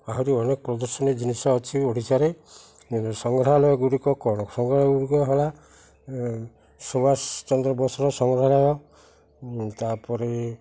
ଆହୁରି ଅନେକ ପ୍ରଦର୍ଶନୀ ଜିନିଷ ଅଛି ଓଡ଼ିଶାରେ ସଂଗ୍ରହାଳୟ ଗୁଡ଼ିକ କ'ଣ ସଂଗ୍ରହାଳୟ ଗୁଡ଼ିକ ହେଲା ସୁବାଷ ଚନ୍ଦ୍ର ବୋସର ସଂଗ୍ରହାଳୟ ତା'ପରେ